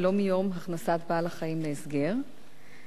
ולא מיום הכנסת בעל-החיים להסגר.